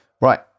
right